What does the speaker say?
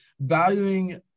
valuing